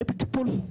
היא בטיפול,